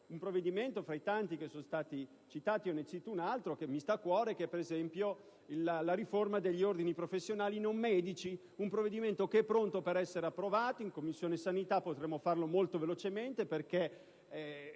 un provvedimento - tra i tanti che sono stati citati, ne cito un altro che mi sta a cuore - quale la riforma degli ordini professionali non medici? Si tratta di un provvedimento che è pronto per essere approvato; in Commissione sanità potremmo lavorare molto velocemente perché